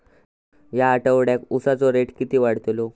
या आठवड्याक उसाचो रेट किती वाढतलो?